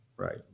Right